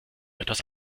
etwas